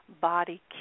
Body